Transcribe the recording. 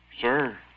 Sir